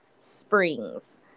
Springs